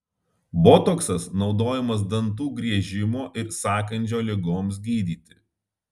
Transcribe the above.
botoksas naudojamas dantų griežimo ir sąkandžio ligoms gydyti